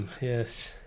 Yes